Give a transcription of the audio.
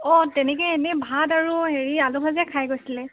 অ তেনেকৈ এনে ভাত আৰু হেৰি আলুভাজা খাই গৈছিলে